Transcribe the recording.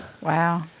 Wow